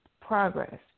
progress